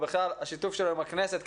ובכלל השיתוף שלו עם הכנסת,